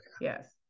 yes